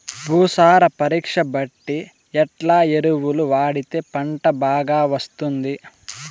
భూసార పరీక్ష బట్టి ఎట్లా ఎరువులు వాడితే పంట బాగా వస్తుంది?